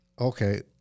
okay